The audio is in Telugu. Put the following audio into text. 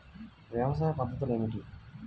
వ్యవసాయ పద్ధతులు ఏమిటి?